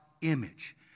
image